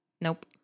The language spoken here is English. Nope